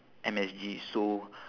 M_S_G so